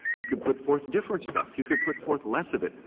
you could put forth different stuff. you could put forth less of it.